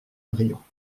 brillant